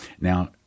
Now